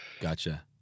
Gotcha